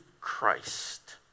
Christ